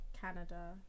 Canada